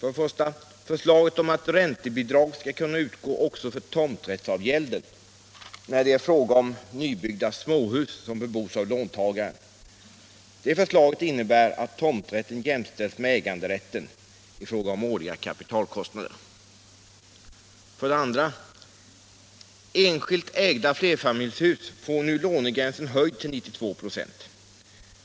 Det första är förslaget om att räntebidrag skall kunna utgå också för tomträttsgälden när det är fråga om nybyggda småhus som bebos av låntagare. Det förslaget innebär att tomträtten jämställs med äganderätten i fråga om årliga kapitalkostnader. Det andra är att enskilt ägda flerfamiljshus nu får lånegränsen höjd till 92 96.